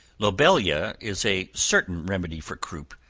lobelia is a certain remedy for croup.